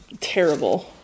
terrible